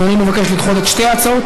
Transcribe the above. אדוני מבקש לדחות את שתי ההצעות?